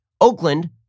Oakland